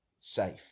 safe